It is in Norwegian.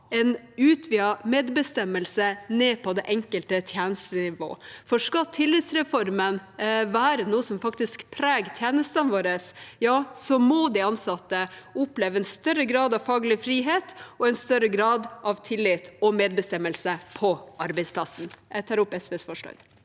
en utvidet medbestemmelse ned på det enkelte tjenestenivå. For skal tillitsreformen være noe som faktisk preger tjenestene våre, må de ansatte oppleve en større grad av faglig frihet og en større grad av tillit og medbestemmelse på arbeidsplassen. Statsråd